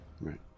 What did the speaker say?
Right